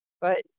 but-